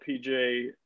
PJ